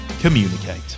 communicate